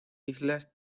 islas